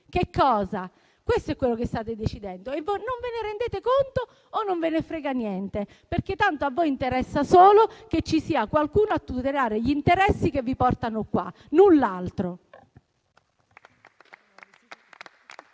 bottoni? Questo è quello che state decidendo. O non ve ne rendete conto o non ve ne frega niente, perché tanto a voi interessa solo che ci sia qualcuno a tutelare gli interessi che vi portano qua, null'altro.